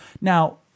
Now